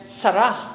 sarah